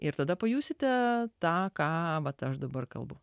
ir tada pajusite tą ką aš dabar kalbu